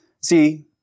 See